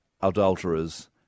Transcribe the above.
adulterers